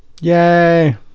Yay